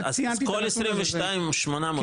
אז כל 22,800 מקבלים.